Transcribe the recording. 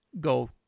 go